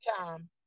time